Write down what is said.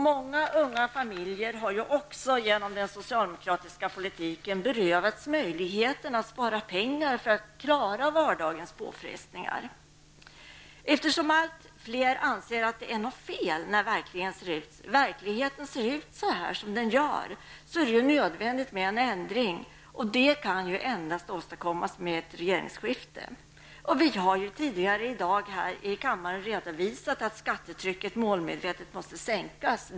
Många unga familjer har också genom den socialdemokratiska politiken berövats möjligheten att spara pengar för att klara vardagens påfrestningar. Eftersom allt fler anser att något är fel när verkligheten ser ut som den gör, är det nödvändigt med en ändring. Det kan endast åstadkommas genom ett regeringsskifte. Vi har tidigare i dag redovisat att skattetrycket målmedvetet måste sänkas.